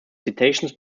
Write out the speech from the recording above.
citations